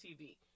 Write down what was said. TV